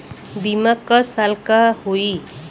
बीमा क साल क होई?